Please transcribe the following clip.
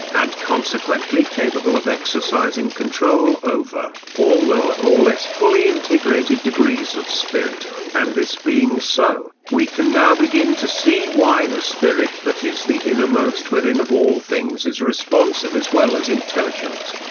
and consequently capable of exercising control over, all lower or less fully-integrated degrees of spirit and this being so, we can now begin to see why the spirit that is the innermost within of all things is responsive as well as intelligent.